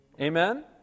Amen